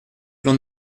plan